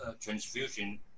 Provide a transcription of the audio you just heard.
transfusion